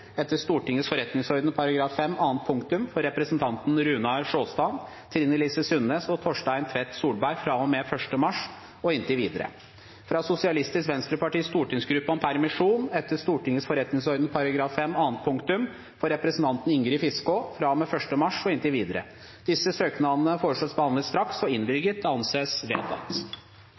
etter Stortingets forretningsordens § 5 annet punktum for representantene Runar Sjåstad , Trine Lise Sundnes og Torstein Tvedt Solberg fra og med 1. mars og inntil videre fra Sosialistisk Venstrepartis stortingsgruppe om permisjon etter Stortingets forretningsordens § 5 annet punktum for representanten Ingrid Fiskaa fra og med 1. mars og inntil videre